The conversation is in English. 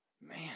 man